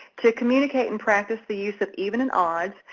to communicate in practice the use of even and odds,